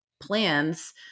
plans